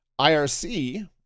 IRC